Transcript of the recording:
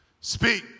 Speak